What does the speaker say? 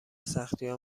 سختیها